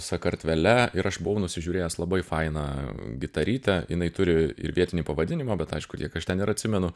sakartvele ir aš buvau nusižiūrėjęs labai fainą gitarytę jinai turi ir vietinį pavadinimą bet aišku tiek aš ten ir atsimenu